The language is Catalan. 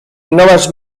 noves